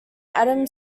adam